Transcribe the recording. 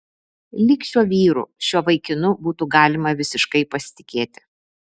lyg šiuo vyru šiuo vaikinu būtų galima visiškai pasitikėti